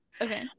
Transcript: Okay